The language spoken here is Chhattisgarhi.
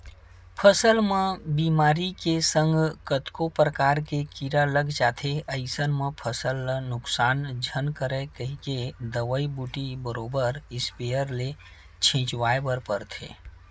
फसल म बेमारी के संग कतको परकार के कीरा लग जाथे अइसन म फसल ल नुकसान झन करय कहिके दवई बूटी बरोबर इस्पेयर ले छिचवाय बर परथे